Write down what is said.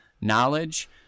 knowledge